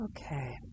Okay